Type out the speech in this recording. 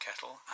kettle